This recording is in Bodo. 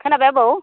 खोनाबाय आबौ